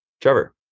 Trevor